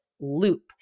loop